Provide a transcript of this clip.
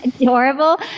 adorable